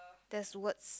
there's words